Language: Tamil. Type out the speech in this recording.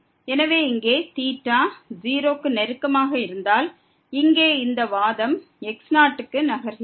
எனவே இங்கே θ 0 க்கு நெருக்கமாக இருந்தால் இங்கே இந்த வாதம் x0 க்கு நகர்கிறது